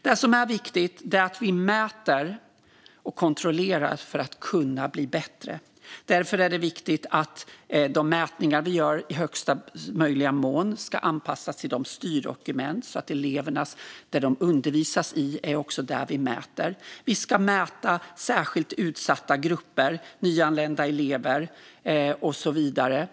Det som är viktigt är att vi mäter och kontrollerar för att kunna bli bättre. Därför är det viktigt att de mätningar vi gör i största möjliga mån ska anpassas till styrdokumenten så att det som eleverna undervisas i också är det vi mäter. Vi ska mäta särskilt utsatta grupper - nyanlända elever och så vidare.